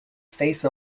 face